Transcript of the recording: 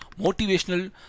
motivational